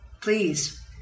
Please